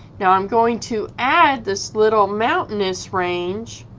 now i'm going to add this little mountainous range